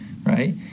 right